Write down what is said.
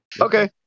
okay